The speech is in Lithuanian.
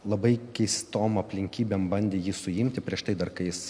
labai keistom aplinkybėm bandė jį suimti prieš tai dar kai jis